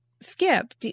Skip